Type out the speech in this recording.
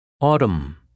Autumn